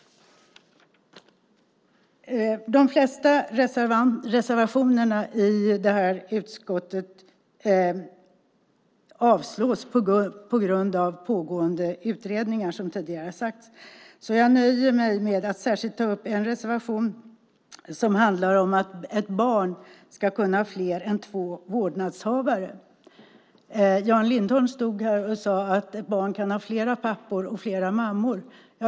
De flesta reservationerna i det här betänkandet avstyrks på grund av pågående utredningar, som tidigare har sagts. Jag nöjer mig med att särskilt ta upp en reservation som handlar om att ett barn ska kunna ha fler än två vårdnadshavare. Jan Lindholm sade att barn kan ha flera pappor och flera mammor.